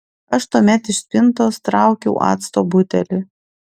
aš tuomet iš spintos traukiau acto butelį